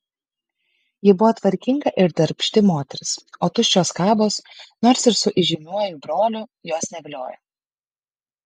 ji buvo tvarkinga ir darbšti moteris o tuščios kabos nors ir su įžymiuoju broliu jos neviliojo